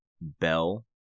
bell